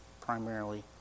primarily